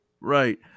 Right